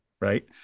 right